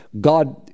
God